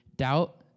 Doubt